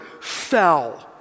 fell